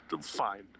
fine